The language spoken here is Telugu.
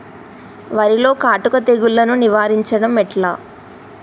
వరిలో కాటుక తెగుళ్లను నివారించడం ఎట్లా?